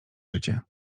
życie